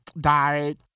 died